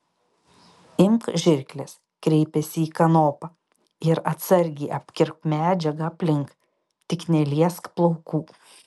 imk žirkles kreipėsi į kanopą ir atsargiai apkirpk medžiagą aplink tik neliesk plaukų